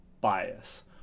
bias